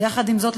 יחד עם זאת,